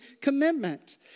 commitment